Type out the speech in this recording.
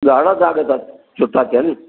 गाढ़ा दाॻ था छो था थियनि